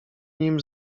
nim